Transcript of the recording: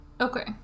Okay